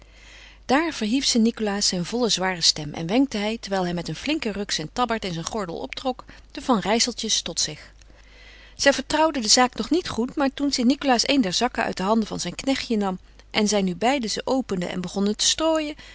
daar verhief st nicolaas zijn volle zware stem en wenkte hij terwijl hij met een flinken ruk zijn tabbaard in zijn gordel optrok de van rijsseltjes tot zich zij vertrouwden de zaak nog niet goed maar toen st nicolaas een der zakken uit de handen van zijn knechtje nam en zij nu beiden ze openden en begonnen te